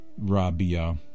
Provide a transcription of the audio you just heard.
Rabia